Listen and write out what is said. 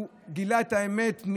הוא גילה את האמת.